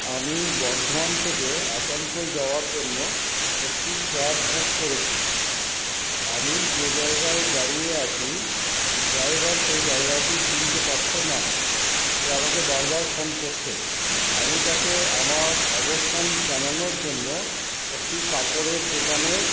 আমি বর্ধমান থেকে আসানসোল যাওয়ার জন্য একটি ক্যাব বুক করেছি আমি যে জায়গায় দাঁড়িয়ে আছি ড্রাইভার সেই জায়গাটি চিনতে পারছে না সে আমাকে বার বার ফোন করছে আমি তাকে আমার অবস্থান জানানোর জন্য একটি কাপড়ের দোকানের